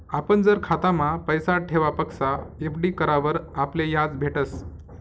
आपण जर खातामा पैसा ठेवापक्सा एफ.डी करावर आपले याज भेटस